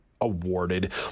awarded